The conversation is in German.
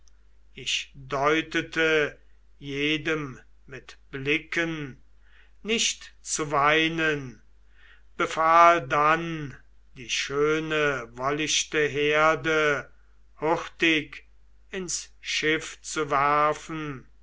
ich deutete jedem mit blicken nicht zu weinen befahl dann die schöne wollichte herde hurtig ins schiff zu werfen